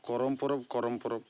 Karam Parab Karam Parab